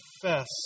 confess